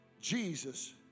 Jesus